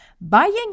buying